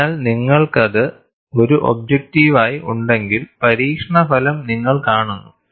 അതിനാൽ നിങ്ങൾക്കത് ഒരു ഒബ്ജെക്ടിവയായി ഉണ്ടെങ്കിൽ പരീക്ഷണ ഫലം നിങ്ങൾ കാണുന്നു